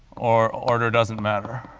or order doesn't matter.